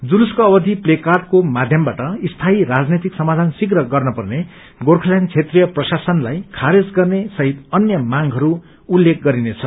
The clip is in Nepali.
जुलुसको अवधि प्लेकार्डको माध्यमबाट स्थायी राजनैतिक समाधान श्रीघ्र गर्नपर्ने गोर्खाल्याण्ड क्षेत्रिय प्रशासनलाई खारेज गर्ने सहित अन्य मांगहरू उल्लेख गरिने छ